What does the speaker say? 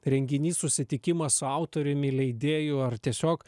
renginys susitikimas su autoriumi leidėju ar tiesiog